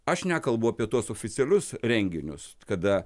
aš nekalbu apie tuos oficialius renginius kada